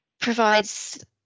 provides